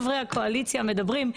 ואולי אני אגיד את זה יותר בבוטות